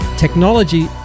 Technology